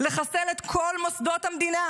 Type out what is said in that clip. לחסל את כל מוסדות המדינה,